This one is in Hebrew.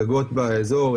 גגות באיזור.